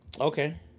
Okay